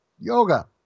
yoga